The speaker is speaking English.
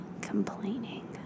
Complaining